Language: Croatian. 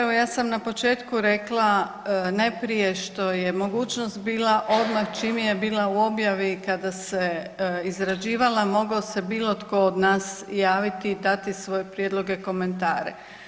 Evo ja sam na početku rekla najprije što je mogućnost bila odmah čim je bila u objavi kada se izrađivala mogao se bilo tko od nas javiti i dati svoje prijedloge i komentare.